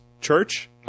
Church